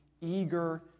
eager